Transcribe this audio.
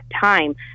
time